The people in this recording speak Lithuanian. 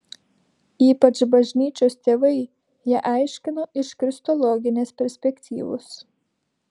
ypač bažnyčios tėvai ją aiškino iš kristologinės perspektyvos